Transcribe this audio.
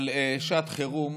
אבל שעת חירום